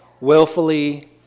willfully